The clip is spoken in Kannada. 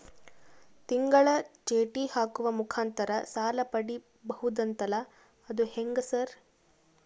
ತಿಂಗಳ ಚೇಟಿ ಹಾಕುವ ಮುಖಾಂತರ ಸಾಲ ಪಡಿಬಹುದಂತಲ ಅದು ಹೆಂಗ ಸರ್?